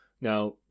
Now